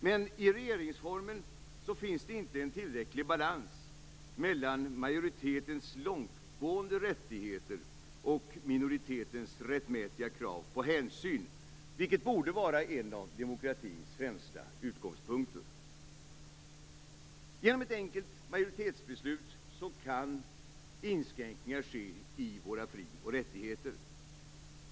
Men i regeringsformen finns det inte en tillräcklig balans mellan majoritetens långtgående rättigheter och minoritetens rättmätiga krav på hänsyn, vilket borde vara en av demokratins främsta utgångspunkter. Genom ett enkelt majoritetsbeslut kan inskränkningar ske i våra fri och rättigheter.